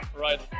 Right